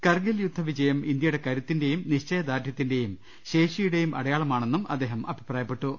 കർഗിൽ യുദ്ധവിജയം ഇന്ത്യയുടെ കരുത്തിന്റെയും നിശ്ച യദാർഢ്യത്തിന്റെയും ശേഷിയുടെയും അടയാളമാണെന്നും അദ്ദേഹം അഭിപ്രായപ്പെട്ടു